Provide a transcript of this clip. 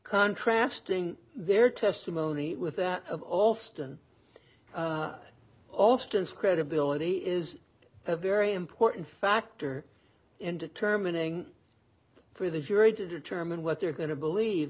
contrast in their testimony with that of all stone alston's credibility is a very important factor in determining for the jury to determine what they're going to believe